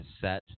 set